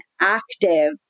active